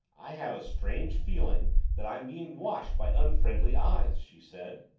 i have a strange feeling that i'm being watched by unfriendly eyes, she said.